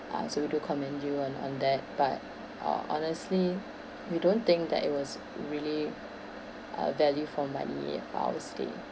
uh so we do commend you on on that but uh honestly we don't think that it was really a value for money for our stay